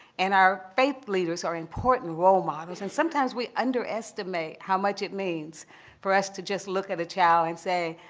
and our faith leaders are important role models. and sometimes we underestimate how much it means for us to just look at a child and say,